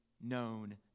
known